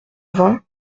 vingt